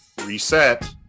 reset